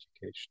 education